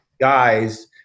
guys